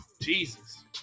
Jesus